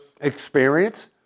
experience